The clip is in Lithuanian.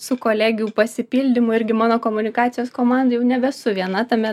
su kolegių pasipildymu irgi mano komunikacijos komanda jau nebesu viena tame